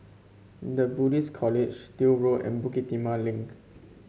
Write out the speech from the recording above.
The Buddhist College Still Road and Bukit Timah Link